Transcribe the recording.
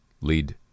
lead